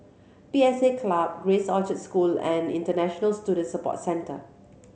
P S A Club Grace Orchard School and International Student Support Centre